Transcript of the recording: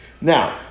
Now